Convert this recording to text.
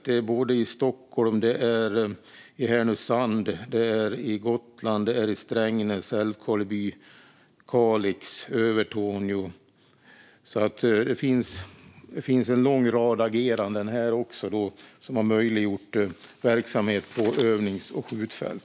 Det gäller Stockholm, Härnösand, Gotland, Strängnäs, Älvkarleby, Kalix och Övertorneå. Det är alltså en lång rad ageranden som har möjliggjort verksamhet på övnings och skjutfält.